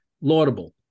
laudable